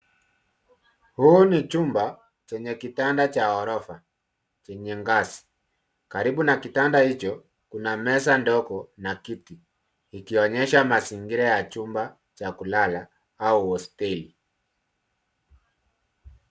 Hii ni chumba chenye kitanda cha horofa chenye ngazi. Karibu na kitanda hicho, kuna meza ndogo na kiti. Likionyesha mazingira ya chumba cha kulala.